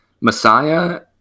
messiah